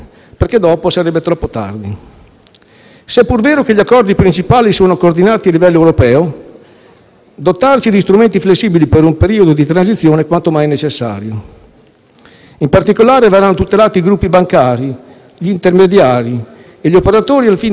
Se è pur vero che gli accordi principali sono coordinati a livello europeo, dotarci di strumenti flessibili per un periodo di transizione è quanto mai necessario. In particolare, verranno tutelati i gruppi bancari, gli intermediari e gli operatori, al fine di assicurare la stabilità finanziaria,